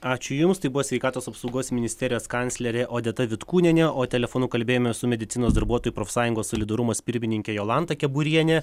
ačiū jums tai buvo sveikatos apsaugos ministerijos kanclerė odeta vitkūnienė o telefonu kalbėjomės su medicinos darbuotojų profsąjungos solidarumas pirmininke jolanta keburiene